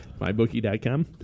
Mybookie.com